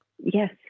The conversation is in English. yes